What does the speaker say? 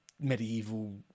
medieval